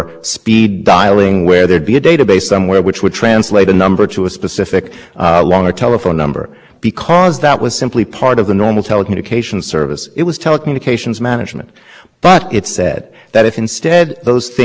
service capability then it's not telecommunications management because it's managing something else and so the key question we think is what is the capability is being provided to customers here and is web access itself an information service and there are